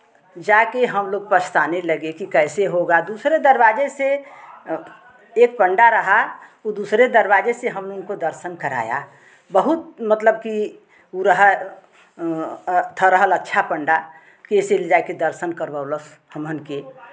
जाके हम लोग पछताने लगे कि कैसे होगा दूसरे दरवाजे से एक पंडा रहा वो दूसरे दरवाजे से हमको दर्शन कराया बहुत मतलब कि वो रहा थोरहल अच्छा पंडा कि इसीलिए जाइके दर्शन करवौलस हमहन के